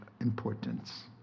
importance